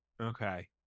Okay